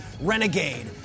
Renegade